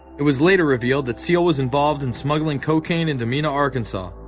it was later revealed that seal was involved in smuggling cocaine into mena, arkansas,